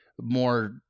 more